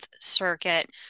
Circuit